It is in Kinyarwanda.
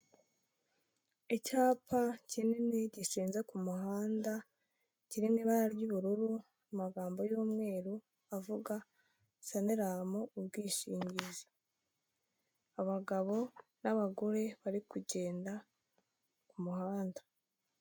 Icyapa kinini gishinze ku muhanda, kirimo ibara ry'ubururu, amagambo y'umweru avuga saniramu ubwishingizi. Abagabo n'abagore bari kugenda ku kumuhanda.